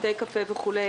בתי קפה וכו'